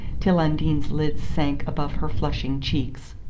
till undine's lids sank above her flushing cheeks.